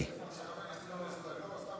(תיקון מס'